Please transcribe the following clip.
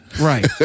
Right